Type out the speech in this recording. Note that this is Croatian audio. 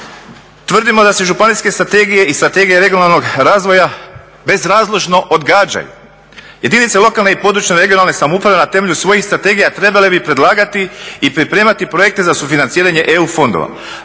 Tvrdimo da se županijske strategije i strategije regionalnog razvoja bezrazložno odgađaju, jedinice lokalne, područne i regionalne samouprave ne temelju svojih strategija trebale bi predlagati i pripremati projekte za sufinanciranje EU fondova.